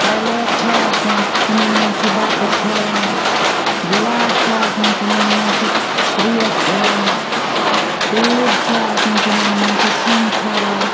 plate چھِ آسان تِمَن منٛز چھِ بَتہٕ کھیٚوان گِلاسہٕ چھِ آسان تِمَن منٛز چھِ ترٛیش چیٚوان ٹوٗرۍ چھِ آسان تِمَن منٛز چھِ سیٛن تھاوان